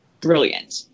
brilliant